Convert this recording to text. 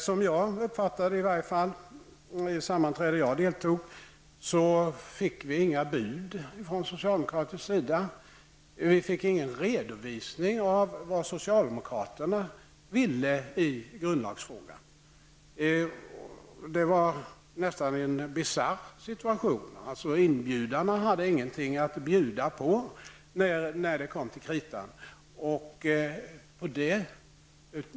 Som jag uppfattade det, vid det sammanträde där jag deltog, fick vi inga bud från socialdemokratisk sida. Vi fick ingen redovisning av vad socialdemokraterna ville i grundlagsfrågan. Det var nästan en bisarr situation. Inbjudarna hade ingenting att bjuda på när det kom till kritan.